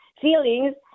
feelings